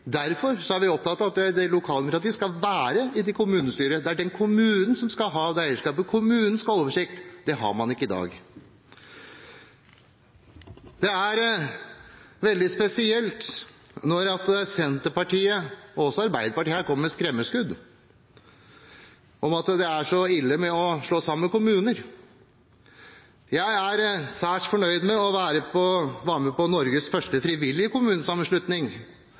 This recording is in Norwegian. Derfor er vi opptatt av at lokaldemokratiet skal gjelde i det kommunestyret. Det er den kommunen som skal ha det eierskapet, kommunen skal ha oversikt. Det har man ikke i dag. Det er veldig spesielt når Senterpartiet og Arbeiderpartiet kommer med skremmeskudd om at det er så ille å slå sammen kommuner. Jeg er særs fornøyd med at jeg var med på Norges første frivillige kommunesammenslutning